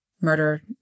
murder